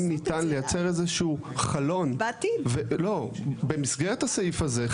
אם ניתן לייצר איזשהו חלון במסגרת הסעיף הזה,